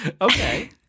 Okay